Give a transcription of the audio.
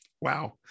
wow